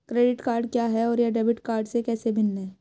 Credit card क्या है और यह डेबिट कार्ड से कैसे भिन्न है?